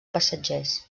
passatgers